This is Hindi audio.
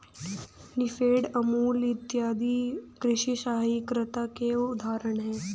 नेफेड, अमूल इत्यादि कृषि सहकारिता के उदाहरण हैं